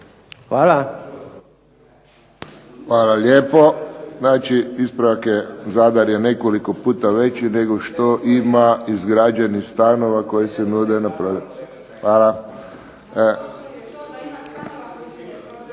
(HSS)** Hvala lijepo. Ispravak je Zadar je nekoliko puta veći nego što ima izgrađenih stanova koji se nude na prodaju. Hvala.